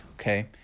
Okay